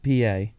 PA